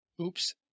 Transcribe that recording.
oops